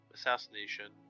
Assassination